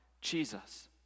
Jesus